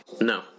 No